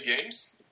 Games